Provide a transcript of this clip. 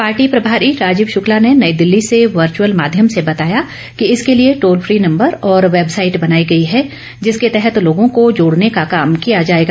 party प्रभारी राजीव शुक्ला ने नई दिल्ली से वर्चुअल माध्यम से बताया कि इसके लिए टोल फी नंबर और वैबसाईट बनाई गई है जिसके तहत लोगों को जोड़ने का काम किया जाएगा